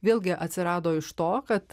vėlgi atsirado iš to kad